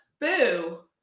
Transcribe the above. Boo